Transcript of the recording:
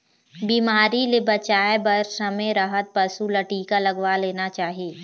बिमारी ले बचाए बर समे रहत पशु ल टीका लगवा लेना चाही